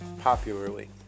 popularly